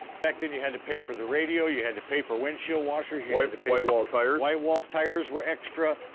back then, you had to pay for the radio. you had to pay for windshield washers. you had to pay whitewall tires. whitewall tires were extra.